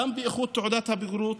גם באיכות תעודת הבגרות,